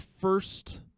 first